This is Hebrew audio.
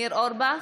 (קוראת בשמות חברי הכנסת) ניר אורבך,